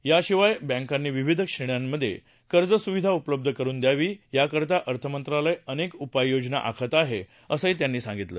याशिवाय बैंकांनी विविध श्रेण्यांमधे कर्जसुविधा उपलब्ध करुन द्यावी याकरता अर्थमंत्रालय अनेक उपाययोजना आखत आहे असं त्यांनी सांगितलं